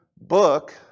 book